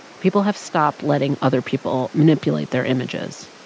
people have stopped letting other people manipulate their images.